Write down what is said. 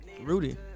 Rudy